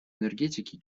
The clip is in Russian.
энергетики